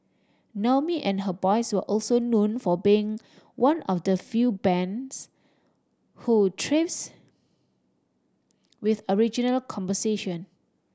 Naomi and her boys were also known for being one of the few bands who thrives with original composition